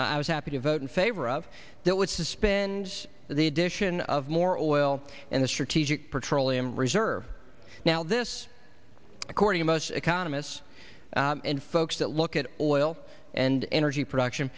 i was happy to vote in favor of that would suspend the addition of more oil in the strategic petroleum reserve now this according to most economists and folks that look at oil and energy production